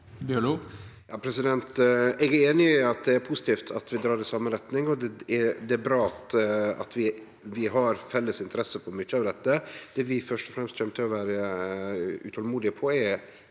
Bjørlo (V) Eg er einig i at det er positivt at vi drar i same retning, og det er bra at vi har felles interesse i mykje av dette. Det vi først og fremst kjem til å vere utolmodige på, er